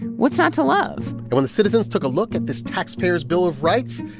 what's not to love? and when the citizens took a look at this taxpayer's bill of rights,